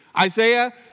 Isaiah